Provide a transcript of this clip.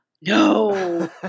no